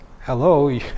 hello